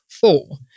Four